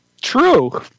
True